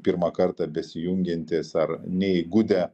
pirmą kartą besijungiantys ar neįgudę